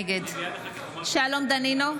נגד שלום דנינו,